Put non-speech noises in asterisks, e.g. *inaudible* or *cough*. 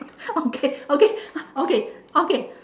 *laughs* okay okay okay okay